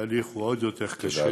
התהליך הוא עוד יותר קשה,